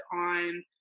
on